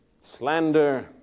Slander